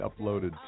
uploaded